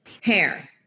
hair